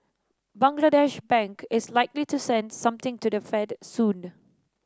Bangladesh Bank is likely to send something to the Fed soon